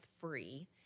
free